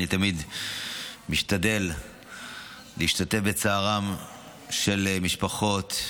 אני תמיד משתדל להשתתף בצערן של המשפחות,